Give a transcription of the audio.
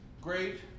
Great